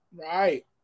Right